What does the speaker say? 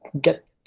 get